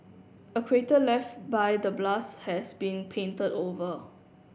a crater left by the blast has been painted over